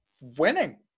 winning